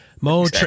Mo